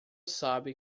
sabe